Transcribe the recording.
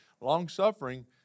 long-suffering